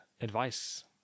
advice